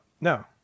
No